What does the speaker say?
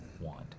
want